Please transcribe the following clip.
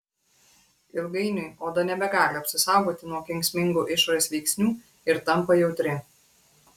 ilgainiui oda nebegali apsisaugoti nuo kenksmingų išorės veiksnių ir tampa jautri